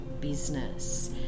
business